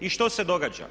I što se događa?